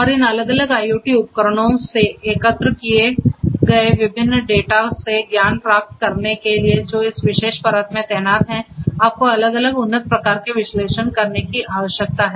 और इन अलग अलग IoT उपकरणों से एकत्र किए गए विभिन्न डेटा से ज्ञान प्राप्त करने के लिए जो इस विशेष परत में तैनात हैंआपको अलग अलग उन्नत प्रकार के विश्लेषण करने की आवश्यकता है